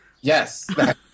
Yes